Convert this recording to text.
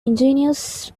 indigenous